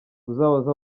uzabaze